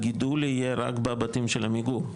הגידול יהיה רק בבתים של עמיגור,